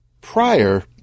Prior